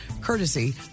courtesy